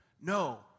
No